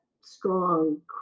strong